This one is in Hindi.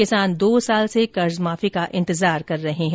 किसान दो साल से कर्ज मार्फी का इंतजार कर रहे हैं